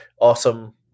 awesome